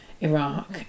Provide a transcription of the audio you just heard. Iraq